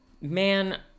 man